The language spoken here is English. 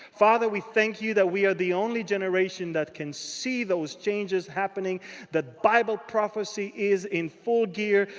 father, we thank you that we are the only generation that can see those changes happening. that bible prophecy is in full gear.